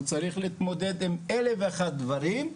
הוא צריך להתמודד עם אלף ואחד דברים,